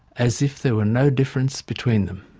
as if there were no difference between them.